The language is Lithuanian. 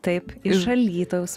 taip iš alytaus